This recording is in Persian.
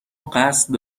قصد